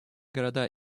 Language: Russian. города